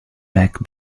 back